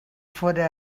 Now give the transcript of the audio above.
fóra